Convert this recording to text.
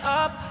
up